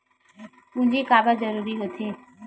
पूंजी का बार जरूरी हो थे?